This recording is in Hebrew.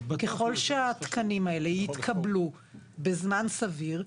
ככל שהתקנים האלה יתקבלו בזמן סביר,